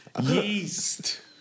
yeast